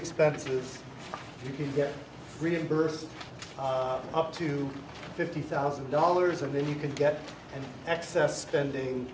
expenses you can get reimbursed up to fifty thousand dollars and then you can get an excess bending